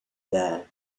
there